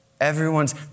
Everyone's